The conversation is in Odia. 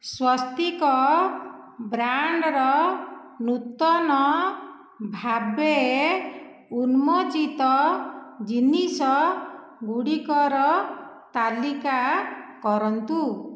ସ୍ଵସ୍ତିକ୍ ବ୍ରାଣ୍ଡ୍ର ନୂତନ ଭାବେ ଉନ୍ମୋଚିତ ଜିନିଷ ଗୁଡ଼ିକର ତାଲିକା କରନ୍ତୁ